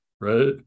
right